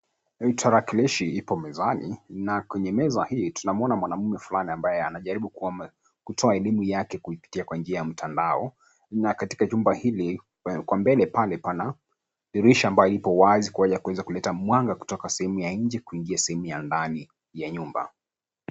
Ni tarakilishi ipo mezani na kwenye meza hii, tunamwona mwanamume fulani mbaye anajaribu kutoa elimu yake kuipitia kwa njia ya mtandao na katika jumba hili, kwa mbele pale pana dirisha ambayo ipo wazi kwa ajili ya kuweza kuleta mwanga kutoka sehemu ya nje kuingia sehemu ya ndani ya nyumba.